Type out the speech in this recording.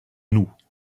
nous